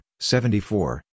74